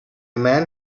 man